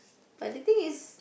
but the thing is